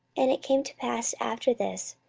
and it came to pass after this,